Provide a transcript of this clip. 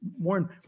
Warren